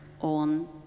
on